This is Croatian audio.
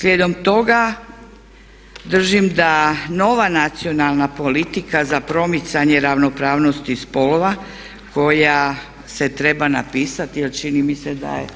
Slijedom toga držim da nova nacionalna politika za promicanje ravnopravnosti spolova koja se treba napisati jer čini mi se da je